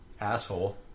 Asshole